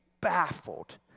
baffled